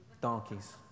Donkeys